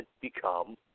become